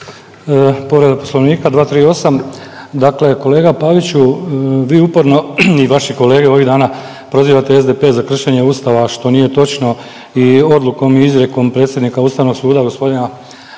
Povreda poslovnika 238., dakle kolega Paviću vi uporno i vaši kolege ovih dana prozivate SDP za kršenje Ustava što nije točno i odlukom i izrijekom predsjednika Ustavnog suda g. Šeparovića,